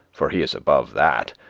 for he is above that,